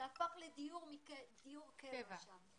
לא, זה הפך לדיור קבע שם.